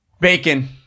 Bacon